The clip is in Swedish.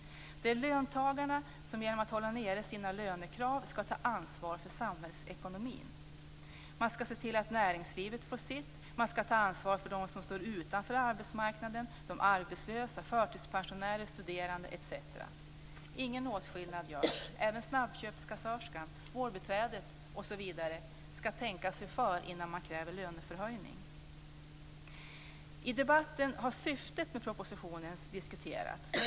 Det är löntagarna som genom att hålla nere sina lönekrav ska ta ansvar för samhällsekonomin. Man ska se till att näringslivet får sitt. Man ska ta ansvar för dem som står utanför arbetsmarknaden - Ingen åtskillnad görs. Även snabbköpskassörskan, vårdbiträdet osv. ska tänka sig för innan hon kräver löneförhöjning. I debatten har syftet med propositionen diskuterats.